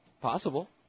Possible